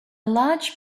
large